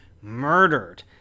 murdered